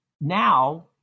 now